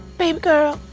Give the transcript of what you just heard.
baby girl,